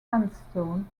sandstone